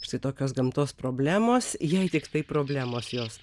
štai tokios gamtos problemos jei tiktai problemos jos